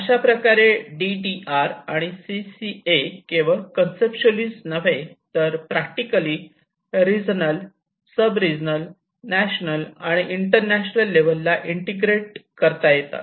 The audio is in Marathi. अशाप्रकारे डी डी आर आणि सी सी ए केवळ कन्सप्च्युअली नव्हे तर practically regional sub regional national आणि इंटरनॅशनल लेवलला इंटिग्रेट करता येतात